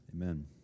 Amen